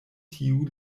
tiu